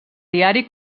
diari